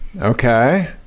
Okay